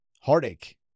heartache